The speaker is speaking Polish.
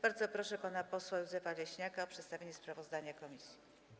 Bardzo proszę pana posła Józefa Leśniaka o przedstawienie sprawozdania komisji.